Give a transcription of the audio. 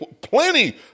plenty